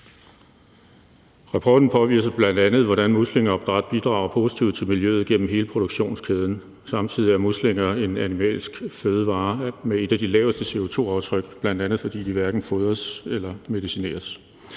Rapporten påviser bl.a., hvordan muslingeopdræt bidrager positivt til miljøet gennem hele produktionskæden. Samtidig er muslinger en animalsk fødevare med et af de laveste CO2-aftryk, bl.a. fordi de hverken fodres eller medicineres.